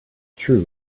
true